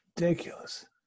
ridiculous